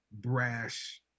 brash